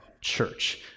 church